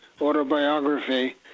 autobiography